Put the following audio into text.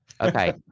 Okay